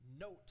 note